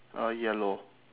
uh yellow